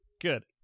Good